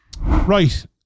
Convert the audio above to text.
Right